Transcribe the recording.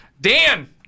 dan